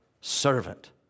servant